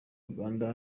uganda